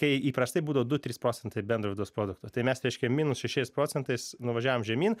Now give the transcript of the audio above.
kai įprastai būdavo du trys procentai bendro vidaus produkto tai mes reiškia minus šešiais procentais nuvažiavom žemyn